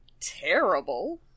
terrible